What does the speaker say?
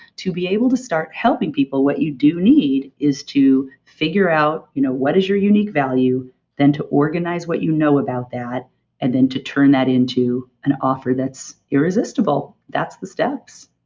to be able to start helping people. what you do need is to figure out you know what is your unique value then to organize what you know about that and then to turn that into an offer that's irresistible. that's the steps.